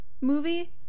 movie